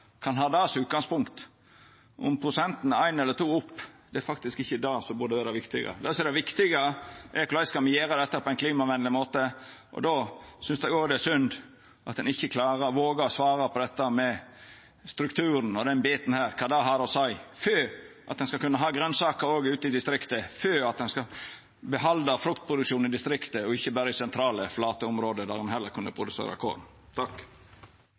kan ha det som utgangspunkt. Om prosenten er éin eller to opp, er faktisk ikkje det som burde vera det viktige. Det viktige er korleis me skal gjera dette på ein klimavenleg måte. Då synest eg òg det er synd at ein ikkje vågar å svara på dette med strukturen og den biten der, kva det har å seia for at ein skal kunna ha grønsaker òg ute i distrikta, for at ein skal behalda fruktproduksjon i distrikta og ikkje berre i sentrale, flate område, der ein heller kunne produsera